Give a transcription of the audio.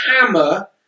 hammer